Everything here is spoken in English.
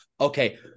Okay